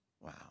Wow